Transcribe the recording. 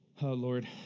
Lord